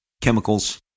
chemicals